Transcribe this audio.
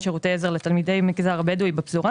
הערבי,